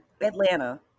Atlanta